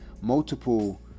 multiple